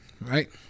Right